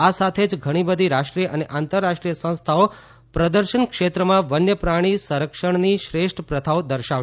આ સાથે જ ઘણી બધી રાષ્ટ્રીય અને આંતરરાષ્ટ્રીય સંસ્થાઓ પ્રદર્શન ક્ષેત્રમાં વન્યપ્રાણી સંરક્ષણની શ્રેષ્ઠ પ્રથાઓ દર્શાવાશે